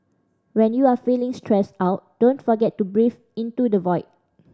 when you are feeling stressed out don't forget to breathe into the void